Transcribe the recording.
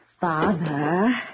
Father